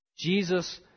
Jesus